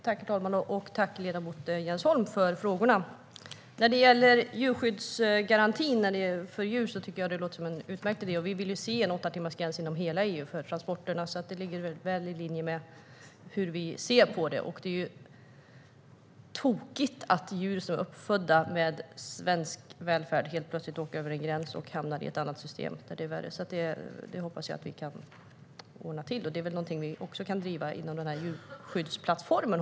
Herr talman! Tack, ledamot Jens Holm, för frågorna! En djurskyddsgaranti låter som en utmärkt idé. Vi vill ha en åttatimmarsgräns för transporterna inom hela EU, så detta ligger väl i linje med hur vi ser på det hela. Det är tokigt när djur som är uppfödda med svensk välfärd plötsligt transporteras över en gräns och hamnar i ett annat system, där det är värre. Jag hoppas att vi kan ordna till det här. Detta är kanske också något som vi kan driva inom djurskyddsplattformen.